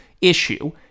issue